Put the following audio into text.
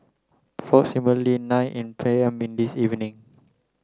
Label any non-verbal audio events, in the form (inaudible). (unintelligible) nine P M in this evening